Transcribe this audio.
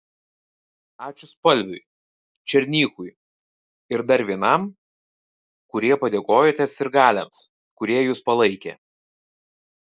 ačiū spalviui černychui ir dar vienam kurie padėkojote sirgaliams kurie jus palaikė